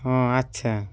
ও আচ্ছা